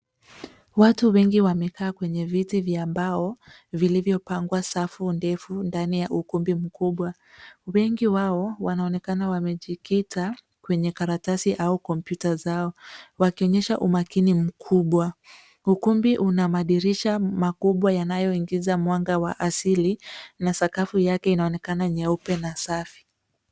Watu wengi wamekaa kwenye viti vya mbao vilivyopangwa safu ndefu ndani ya ukumbi mkubwa. Wengi wao wanaonekana wamejikita kwenye karatasi au kompyuta zao wakionyesha umakini mkubwa. Ukumbi una madirisha makubwa yanayoingiza mwanga wa asili na sakafu yake inaonekana nyeupe na safi.